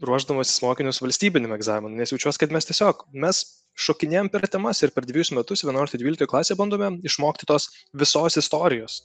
ruošdamasis mokinius valstybiniam egzaminui nes jaučiuos kad mes tiesiog mes šokinėjam per temas ir per dvejus metus vienuoliktoj dvyliktoj klasėj bandome išmokti tos visos istorijos